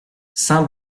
saint